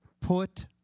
put